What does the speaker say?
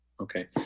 Okay